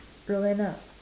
Roanna